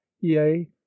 yea